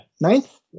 ninth